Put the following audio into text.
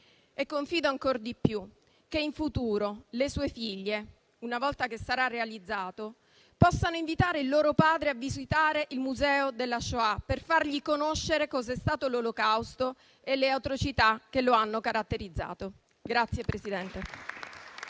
e confido ancora di più che in futuro le sue figlie, una volta che sarà realizzato, possano invitare il loro padre a visitare il Museo della Shoah per fargli conoscere cosa sono stati l'Olocausto e le atrocità che lo hanno caratterizzato.